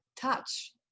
touch